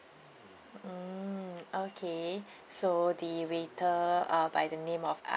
mm okay so the waiter uh by the name of